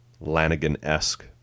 Lanigan-esque